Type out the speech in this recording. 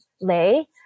lay